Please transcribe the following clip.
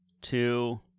two